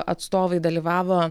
atstovai dalyvavo